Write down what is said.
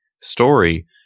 story